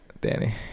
Danny